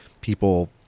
people